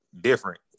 different